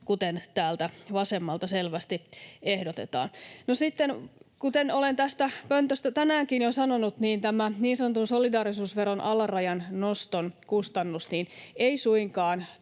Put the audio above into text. kuten täältä vasemmalta selvästi ehdotetaan. Sitten, kuten olen tästä pöntöstä tänäänkin jo sanonut, tämä niin sanotun solidaarisuusveron alarajan noston kustannus ei suinkaan